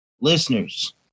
Listeners